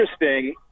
interesting